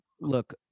look